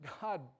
God